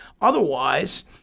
Otherwise